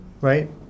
right